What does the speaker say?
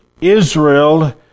Israel